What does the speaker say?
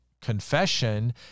confession